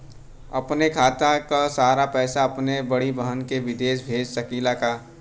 अपने खाते क सारा पैसा अपने बड़ी बहिन के विदेश भेज सकीला का?